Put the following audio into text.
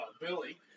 Billy